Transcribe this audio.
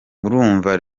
urumva